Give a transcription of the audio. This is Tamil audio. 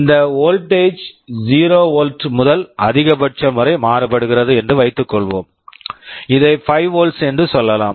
இந்த voltage voltage zero 0 volt volt முதல் அதிகபட்சம் வரை மாறுபடுகிறது என்று வைத்துக் கொள்வோம் இதை 5 வோல்ட்ஸ் volts என்று சொல்லலாம்